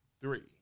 Three